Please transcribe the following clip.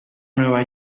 nueva